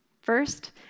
First